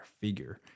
figure